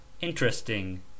interesting